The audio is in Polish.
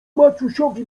maciusiowi